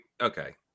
okay